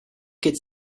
could